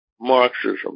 Marxism